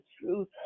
truth